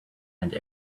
and